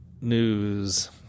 news